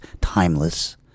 timeless